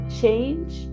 change